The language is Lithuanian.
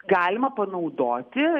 galima panaudoti